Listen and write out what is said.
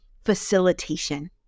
facilitation